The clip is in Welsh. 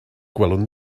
gwelwn